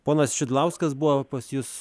ponas šidlauskas buvo pas jus